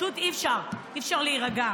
פשוט אי-אפשר, אי-אפשר להירגע.